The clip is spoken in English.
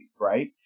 right